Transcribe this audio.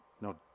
no